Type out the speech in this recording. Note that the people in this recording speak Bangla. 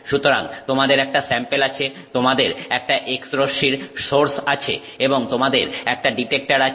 সুতরাং তোমাদের একটা স্যাম্পেল আছে তোমাদের একটা X রশ্মির সোর্স আছে এবং তোমাদের একটা ডিটেক্টর আছে